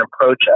approach